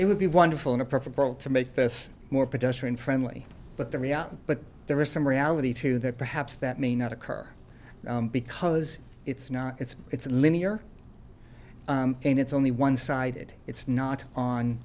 it would be wonderful in a perfect world to make this more pedestrian friendly but the reality but there is some reality to that perhaps that may not occur because it's not it's it's a linear and it's only one sided it's not on